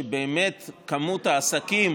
שבאמת, כמות העסקים